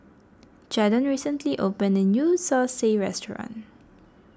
Jadon recently opened a new Zosui restaurant